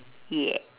yeah